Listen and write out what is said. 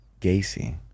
gacy